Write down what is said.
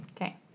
okay